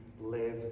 live